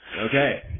Okay